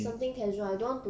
as in